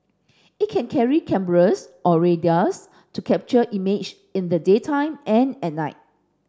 it can carry cameras or radars to capture images in the daytime and at night